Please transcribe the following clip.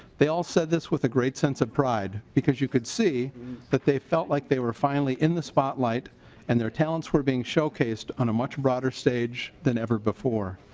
they all said this with a great sense of pride because you could see that they felt like they were finally in the spotlight and their talents were being showcased a much broader stage than ever before.